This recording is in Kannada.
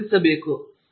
30 ಕ್ಕೆ ನೋಡಿ ಹೇಳಿದರು